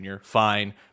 fine